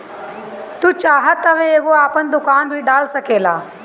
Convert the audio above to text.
तू चाहत तअ एगो आपन दुकान भी डाल सकेला